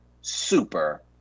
super